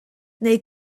neu